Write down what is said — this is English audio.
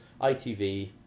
ITV